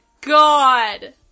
god